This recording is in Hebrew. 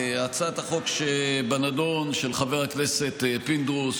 הצעת החוק שבנדון של חבר הכנסת פינדרוס,